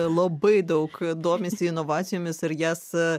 labai daug domisi inovacijomis ir jas